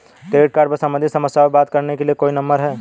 Credit card सम्बंधित समस्याओं पर बात करने के लिए कोई नंबर है?